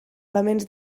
elements